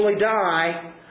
die